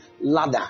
ladder